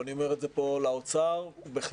ואני אומר פה לאוצר ובכלל,